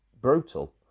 brutal